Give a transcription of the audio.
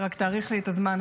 רק תאריך לי את הזמן.